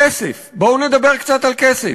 כסף, בואו נדבר קצת על כסף.